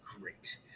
great